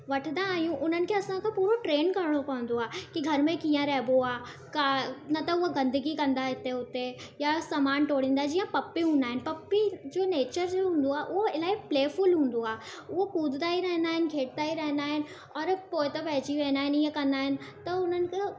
वठंदा आहियूं उन्हनि खे असां खे पूरो ट्रेंन करिणो पवंदो आहे की घर में कीअं रहिबो आहे का न त उहो गंदिगी कंदा हिते हुते या समान टोड़ींदा जीअं पपी हूंदा आहिनि पपी जो नेचर जो हूंदो आ उहो इलाही प्ले फुल हूंदो आहे उहो कूदता ई रहंदा आहिनि और पोएतां पइजी वेंदा आहिनि इअं कंदा आहिनि त उन्हनि खे